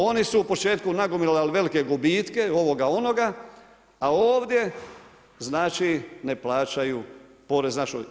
Oni su u početku nagomilali velike gubitke, ovoga, onoga, a ovdje znači ne plaćaju porez našoj.